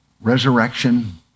resurrection